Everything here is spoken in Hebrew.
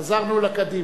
חזרנו לקדימה.